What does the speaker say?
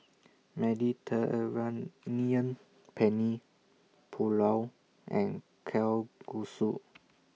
Penne Pulao and Kalguksu